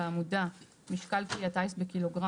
בעמודה "משקל כלי הטיס בק"ג",